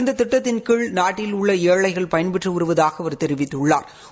இந்த திட்டத்தின் கீழ் நாட்டில் உள்ள ஏழைகள் பயன்பெற்று வருவதாக அவா் தெரிவித்துள்ளாா்